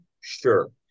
sure